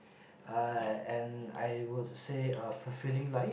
ah and I would say a fulfilling life